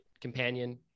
companion